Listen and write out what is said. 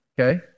Okay